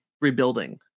rebuilding